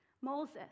Moses